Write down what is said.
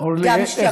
גם שמרנו,